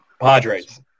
Padres